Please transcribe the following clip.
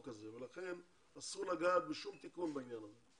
הזה ולכן אסור לגעת בשום תיקון בעניין הזה.